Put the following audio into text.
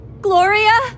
Gloria